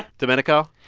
domenico?